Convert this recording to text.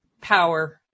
power